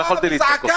לא יכולתי לצעוק,